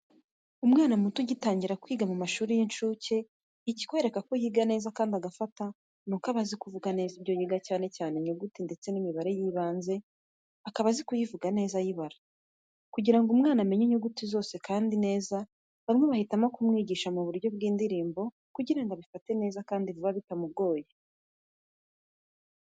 Umwana muto ugitangira kwiga mu mashuri y'incuke, ikikwereka ko yiga neza kandi agafata nuko aba azi kuvuga neza ibyo yiga cyane cyane inyuguti ndetse n'imibare y'ibanze akaba azi kuyivuga neza ayibara. Kugira ngo umwana amenye inyuguti zose kandi neza bamwe bahitamo kubimwigisha mu buryo bw'indirimbo kugira ngo abifate neza kandi vuba bitamugoye.